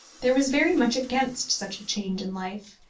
there was very much against such a change in life.